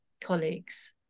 colleagues